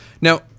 now